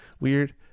weird